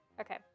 Okay